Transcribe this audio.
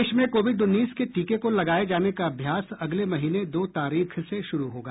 देश में कोविड उन्नीस के टीके को लगाए जाने का अभ्यास अगले महीने दो तारीख से शुरू होगा